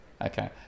okay